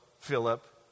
Philip